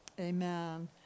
Amen